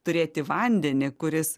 turėti vandenį kuris